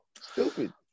Stupid